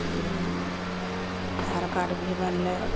आधार कार्ड भी बनलय